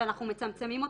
שאנחנו מצמצמים אותו,